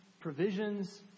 provisions